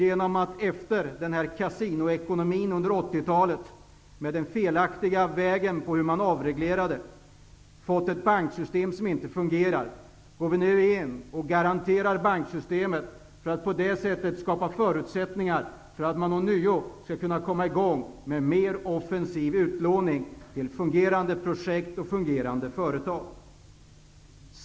Efter 80-talets kasinoekonomi, med det felaktiga tillvägagångssättet för avreglering, har vi fått ett banksystem som inte fungerar. Vi går nu in och garanterar banksystemet för att skapa förutsättningar för att man ånyo skall kunna komma i gång med mer offensiv utlåning till fungerande projekt och företag.